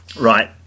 right